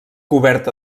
cobert